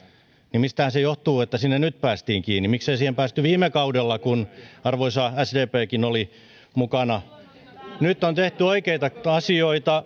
niin mistähän se johtuu että sinne nyt päästiin kiinni miksei siihen päästy viime kaudella kun arvoisa sdpkin oli mukana nyt on tehty oikeita asioita